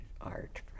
art